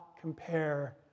compare